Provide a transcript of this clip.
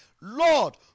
Lord